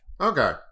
Okay